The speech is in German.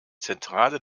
zentrale